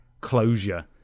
closure